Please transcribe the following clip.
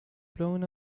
blown